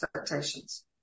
expectations